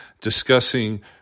discussing